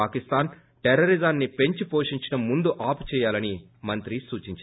పాకిస్తాన్ టెర్రరిజాన్సి పెంచి పోషించడం ముందు ఆపు చేయాలని మంత్రి సూచించారు